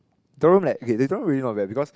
door room like okay the door room really not bad because